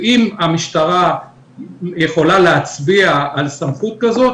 אם המשטרה יכולה להצביע על סמכות כזאת,